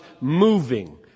moving